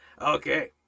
Okay